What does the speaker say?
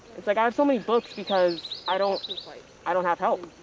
it's like, i have so many books because i don't like i don't have help.